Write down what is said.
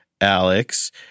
alex